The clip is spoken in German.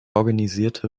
organisierte